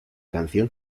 canción